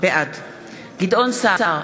בעד גדעון סער,